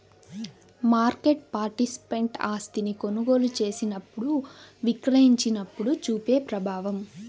market participant ఆస్తిని కొనుగోలు చేసినప్పుడు, విక్రయించినప్పుడు చూపే ప్రభావం